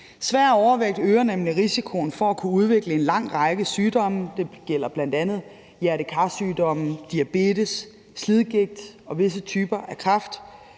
Svær overvægt øger nemlig risikoen for at udvikle en lang række sygdomme; det gælder bl.a. hjerte-kar-sygdomme, diabetes, slidgigt og visse typer af kræft.